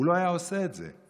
הוא לא היה עושה את זה.